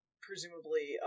presumably